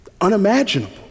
unimaginable